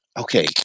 okay